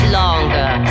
longer